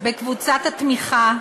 בקבוצת התמיכה,